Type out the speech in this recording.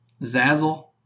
Zazzle